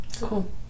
cool